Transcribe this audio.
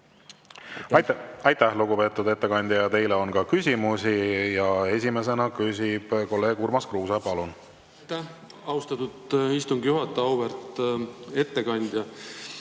Aitäh, lugupeetud ettekandja! Teile on ka küsimusi. Esimesena küsib kolleeg Urmas Kruuse. Palun! Aitäh, austatud istungi juhataja! Auväärt ettekandja!